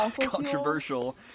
controversial